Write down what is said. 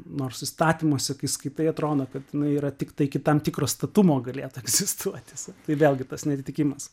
nors įstatymuose kai skaitai atrodo kad jinai yra tiktai iki tam tikro statumo galėtų egzistuot tiesa tai vėlgi tas neatitikimas